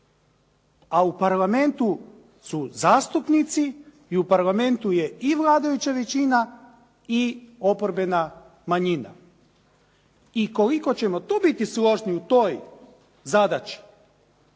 a u Parlamentu su zastupnici i u Parlamentu je i vladajuća većina i oporbena manjina. I koliko ćemo biti složni u toj zadaći,